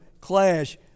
clash